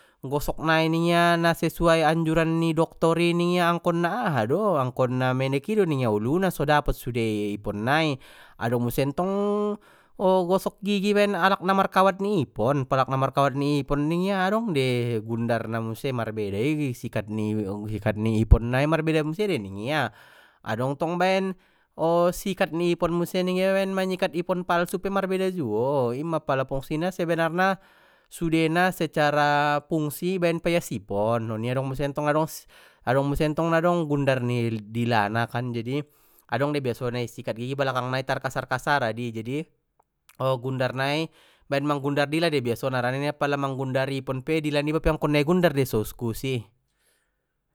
Gosok nai ningia na sesuai anjuran ni dokter i ningia angkon na aha do, angkon na menek i do ningia uluna so dapot sude ipon nai adong muse ntong o gosok gigi baen alak na markawat ni ipon pala alak na markawat ni ipon ningia adong dei gundar na muse marbeda i sikat ni ipon nai marbeda muse de ningia adong tong baen o sikat ni ipon muse ningia baen manyikat ipon palsu pe marbeda juo ima pala fungsina sebenarna sudena secara fungsi baen paias ipon oni adong muse tong na dong muse ntong gundar ni dila na kan jadi adong dei biasona na i sikat gigi i balakang nai tar kasar kasar adi jadi, o gundar nai baen manggundar dila dei biasona harana pala manggundar ipon pe dila niba angkon na i gundar dei so uskus i.